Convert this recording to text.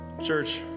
Church